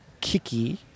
Kiki